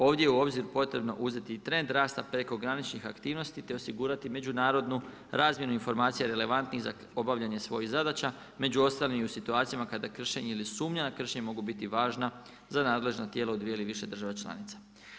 Ovdje je u obzir potrebno uzeti i trend rasta prekograničnih aktivnosti te osigurati međunarodnu razmjenu informacija relevantnih za obavljanje svojih zadaća, među ostalim i u situacijama kada kršenje ili sumnja na kršenje mogu biti važna za nadležna tijela u dvije ili više država članica.